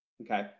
Okay